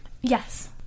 Yes